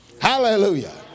Hallelujah